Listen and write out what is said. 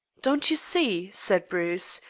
don't you see, said bruce,